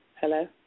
Hello